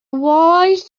wise